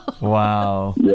Wow